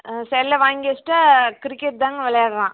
செல்லை வாங்கி வைச்சிட்டா கிரிக்கெட் தான்ங்க விளையாட்றான்